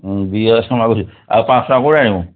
ହଁ ଦୁଇ ହଜାର ମାଗୁଛି ଆଉ ପାଞ୍ଚ ଶହ ଟଙ୍କା କେଉଁଠୁ ଆଣିବୁ